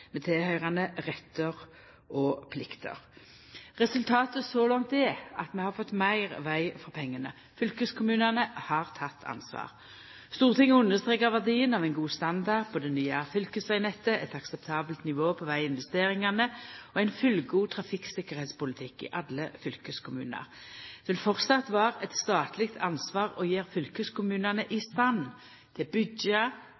med tilhøyrande rettar og plikter. Resultatet så langt er at vi har fått meir veg for pengane – fylkeskommunane har teke ansvar! Stortinget understreka verdien av ein god standard på det nye fylkesvegnettet, eit akseptabelt nivå på veginvesteringane og ein fullgod trafikktryggleikspolitikk i alle fylkeskommunar. Det vil framleis vera eit statleg ansvar å gjera fylkeskommunane i